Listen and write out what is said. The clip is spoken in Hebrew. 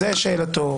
זו שאלתו.